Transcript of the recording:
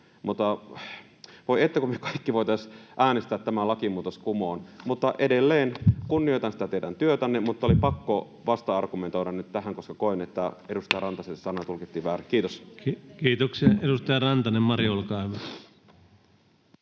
— Voi että, kun me kaikki voitaisiin äänestää tämä lakimuutos kumoon. Edelleen kunnioitan sitä teidän työtänne, mutta oli pakko vasta-argumentoida nyt tähän, koska koin, että edustaja Rantasen sanoja tulkittiin väärin.